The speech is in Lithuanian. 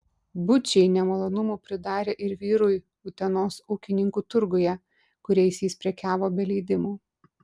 bučiai nemalonumų pridarė ir vyrui utenos ūkininkų turguje kuriais jis prekiavo be leidimo